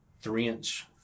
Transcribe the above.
three-inch